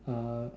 uh